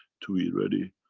to be ready.